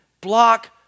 block